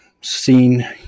seen